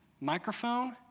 Microphone